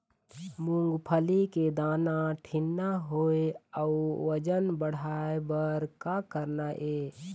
मूंगफली के दाना ठीन्ना होय अउ वजन बढ़ाय बर का करना ये?